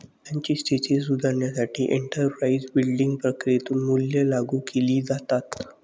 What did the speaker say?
महिलांची स्थिती सुधारण्यासाठी एंटरप्राइझ बिल्डिंग प्रक्रियेतून मूल्ये लागू केली जातात